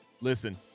listen